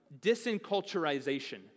Disenculturization